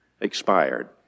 expired